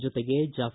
ಜೊತೆಗೆ ಜಾಫ